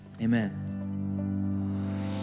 amen